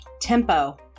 Tempo